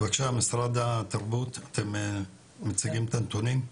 משרד התרבות, תציגו בבקשה את הנתונים.